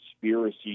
conspiracy